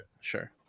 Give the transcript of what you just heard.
Sure